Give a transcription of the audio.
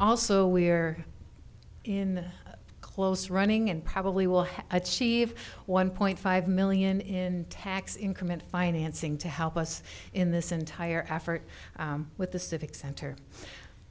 also we're in close running and probably will have achieved one point five million in tax increment financing to help us in this entire effort with the civic center